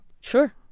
Sure